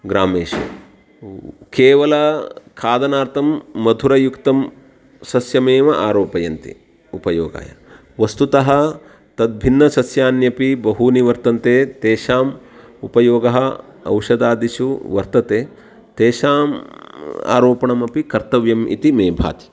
ग्रामेषु केवलखादनार्थं मधुरयुक्तं सस्यमेव आरोपयन्ति उपयोगाय वस्तुतः तद्भिन्नसस्यान्यपि बहूनि वर्तन्ते तेषाम् उपयोगः औषधादिषु वर्तते तेषाम् आरोपणमपि कर्तव्यम् इति मे भाति